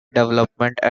developmental